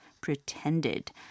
pretended